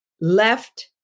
left